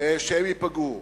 שהם ייפגעו,